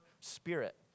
Spirit